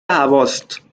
هواست